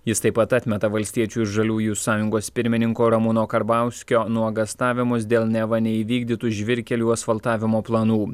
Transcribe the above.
jis taip pat atmeta valstiečių ir žaliųjų sąjungos pirmininko ramūno karbauskio nuogąstavimus dėl neva neįvykdytų žvyrkelių asfaltavimo planų